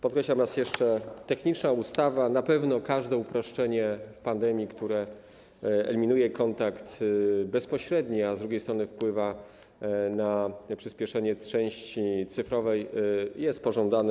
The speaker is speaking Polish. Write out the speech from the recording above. Podkreślam raz jeszcze: techniczna ustawa, na pewno każde uproszczenie w czasie pandemii, które eliminuje kontakt bezpośredni, a z drugiej strony wpływa na przyspieszenie za sprawą części cyfrowej, jest pożądane.